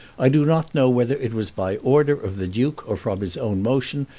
i do not know whether it was by order of the duke or from his own motion,